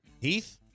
Heath